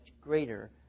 greater